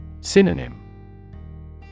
Synonym